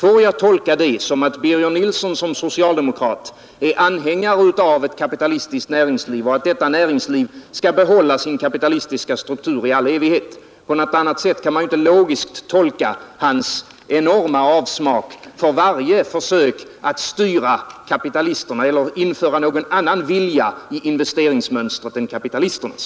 Får jag tolka det som att Birger Nilsson som socialdemokrat är anhängare av ett kapitalistiskt näringsliv och menar att detta näringsliv skall behålla sin kapitalistiska struktur i all evighet? På något annat sätt kan man inte logiskt tolka hans enorma avsmak för varje försök att styra kapitalisterna eller införa någon annan vilja i investeringsmönstret än kapitalisternas.